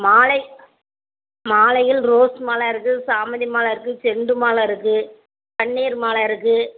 மாலை மாலையில் ரோஸ் மாலை இருக்குது சாமந்தி மாலை இருக்குது செண்டு மாலை இருக்குது பன்னீர் மாலை இருக்குது